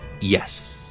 yes